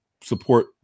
support